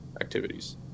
activities